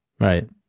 Right